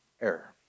error